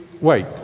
wait